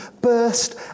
burst